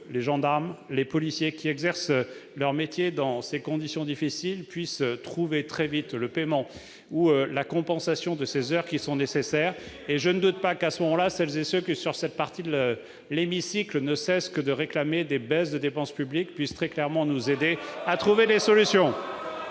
les gendarmes, les policiers, qui exercent leur métier dans ces conditions difficiles, puissent trouver très vite le paiement ou la compensation de ces heures qui sont nécessaires. Il faut les payer ! Je ne doute pas que, à ce moment-là, celles et ceux qui, de ce côté de l'hémicycle, ne cessent de réclamer des baisses de dépenses publiques ... Pas pour la police !... pourront nous aider à trouver des solutions.